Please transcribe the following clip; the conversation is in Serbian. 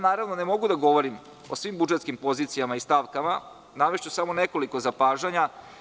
Ne mogu da govorim o svim budžetskim pozicijama i stavkama, navešću samo nekoliko zapažanja.